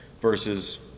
versus